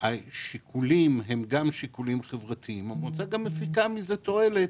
ההצעה של הוועדה יכולה להיבחן כמו ההצעות